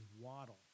Waddle